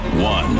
One